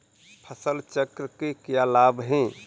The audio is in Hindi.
फसल चक्र के क्या लाभ हैं?